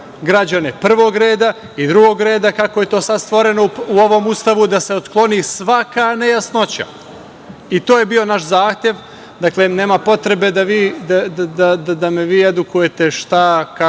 građane prvog reda i drugog reda, kako je sada stvoreno u ovom Ustavu, da se otkloni svaka nejasnoća. To je bio naš zahtev. Dakle, nema potrebe da me vi edukujete, šta, kako,